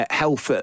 health